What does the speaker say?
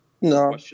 No